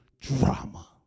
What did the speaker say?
drama